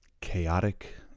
Chaotic